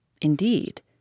Indeed